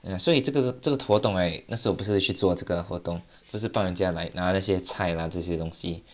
ya 所以这个这个活动 right 那时候我不是去做这个活动不是帮人家 like 拿那些菜 lah 这些东西